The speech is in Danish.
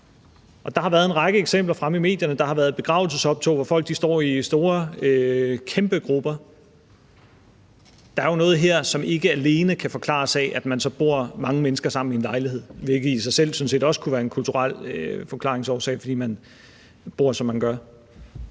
der har været en række eksempler fremme i medierne. Der har været begravelsesoptog, hvor folk står i kæmpestore grupper. Der er jo noget her, som ikke alene kan forklares af, at man så bor mange mennesker sammen i en lejlighed, hvilket sådan set i sig selv også kunne være en kulturel forklaringsårsag, fordi man bor, som man gør.